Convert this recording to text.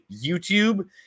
youtube